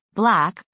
black